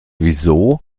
wieso